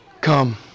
Come